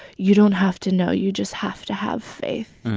you don't have to know you just have to have faith.